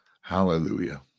Hallelujah